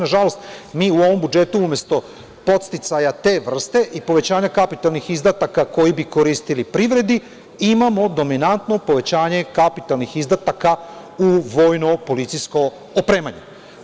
Nažalost, mi u ovom budžetu umesto podsticaja te vrste i povećanja kapitalnih izveštaja koji bi koristili privredi, imamo dominantno povećanje kapitalnih izdataka u vojno-policijsko opremanje.